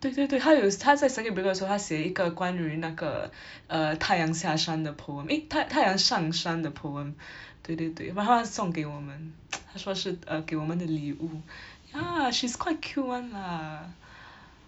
对对对她有她在 circuit breaker 的时候她写一个关于那个 err 太阳下山的 poem eh 太太阳上山的 poem 对对对然后她送给我们 她说是 err 给我们的礼物 ya she's quite cute [one] lah